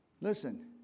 Listen